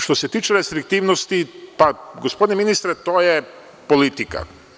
Što se tiče restriktivnosti, pa gospodine ministre to je politika.